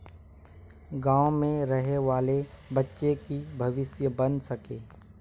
गाँव में रहे वाले बच्चा की भविष्य बन सके?